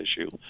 issue